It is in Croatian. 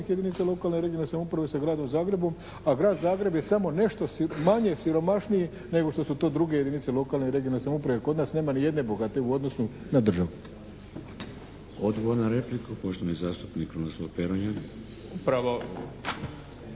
jedinica lokalne i regionalne samouprave sa Gradom Zagrebom a Grad Zagreb je samo nešto manje siromašniji nego što su to druge jedinice lokalne i regionalne samouprave. Kod nas nema ni jedne bogate u odnosu na državu. **Šeks, Vladimir (HDZ)** Odgovor na repliku poštovani zastupnik Krunoslav Peronja.